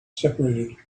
seperated